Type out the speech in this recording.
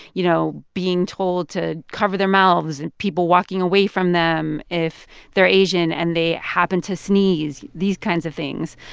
you know, being told to cover their mouths and people walking away from them if they're asian and they happen to sneeze these kinds of things.